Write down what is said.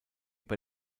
bei